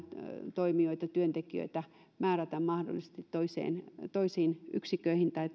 toimijoita työntekijöitä määrätä mahdollisesti toisiin toisiin yksiköihin tai